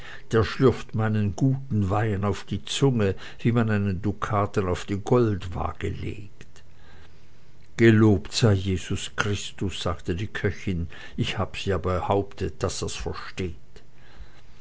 der schlürft meinen guten wein auf die zunge wie man einen dukaten auf die goldwaage legt gelobt sei jesus christ sagte die köchin ich hab's ja behauptet daß er's versteht